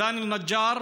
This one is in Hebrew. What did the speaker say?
רזאן נג'אר